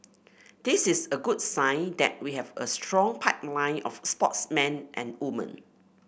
this is a good sign that we have a strong pipeline of sportsmen and woman